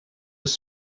was